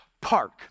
park